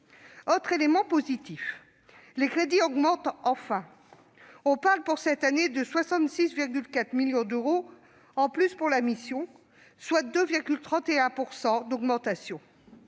Autre élément positif : les crédits augmentent enfin. On parle, pour cette année, de 66,4 millions d'euros en plus pour la mission, soit une augmentation